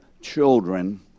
children